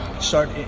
start